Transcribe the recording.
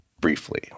briefly